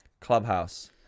Clubhouse